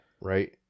right